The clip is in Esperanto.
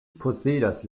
posedas